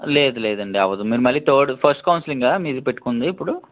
లేదు లేదండి అవదు మీరు మళ్ళీ తర్డ్ ఫస్ట్ కౌన్సిలింగా మీరు పెట్టుకుంది ఇప్పుడు